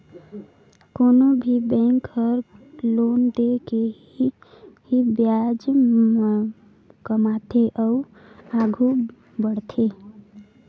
कोनो भी बेंक हर लोन दे के ही बियाज कमाथे अउ आघु बड़थे